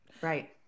Right